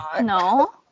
No